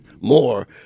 more